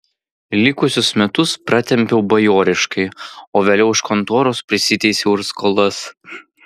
likusius metus pratempiau bajoriškai o vėliau iš kontoros prisiteisiau ir skolas